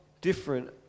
different